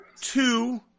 two